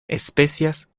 especias